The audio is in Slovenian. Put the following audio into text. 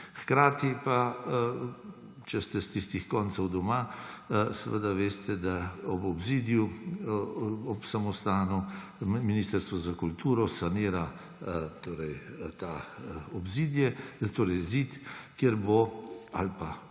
Hkrati pa, če ste iz tistih koncev doma, seveda veste, da obzidje ob samostanu Ministrstvo za kulturo sanira ta zid, kjer bo ali pa